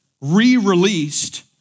re-released